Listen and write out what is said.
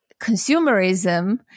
consumerism